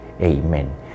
Amen